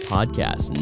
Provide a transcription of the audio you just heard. Podcast